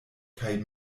kaj